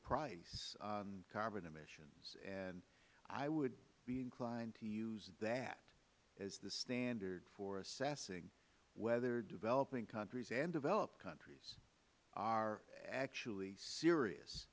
price on carbon emissions i would be inclined to use that as the standard for assessing whether developing countries and developed countries are actually serious